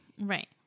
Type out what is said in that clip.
Right